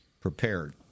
prepared